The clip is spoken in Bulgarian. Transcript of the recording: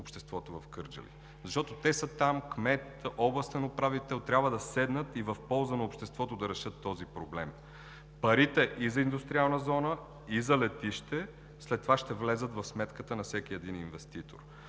обществото в Кърджали. Защото те са там кмет, областен управител – трябва да седнат и в полза на обществото да решат този проблем. Парите и за индустриална зона, и за летище след това ще влязат в сметката на всеки един инвеститор.